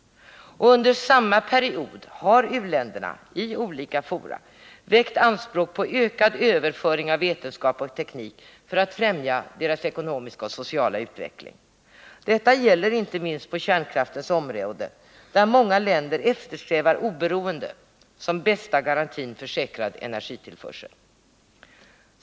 Under samma period har u-länderna i olika fora väckt anspråk på ökad överföring av vetenskap och teknik för att främja sin ekonomiska och sociala utveckling. Detta gäller inte minst på kärnkraftens område, där många länder eftersträvar oberoende som bästa garantin för säkrad energitillförsel.